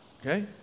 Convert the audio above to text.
okay